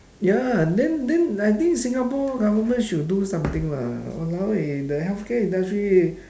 ya then then I think singapore government should do something lah !walao! eh the healthcare industry